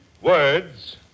Words